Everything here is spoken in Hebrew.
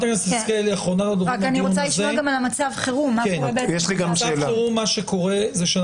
על זה אנחנו